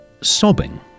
sobbing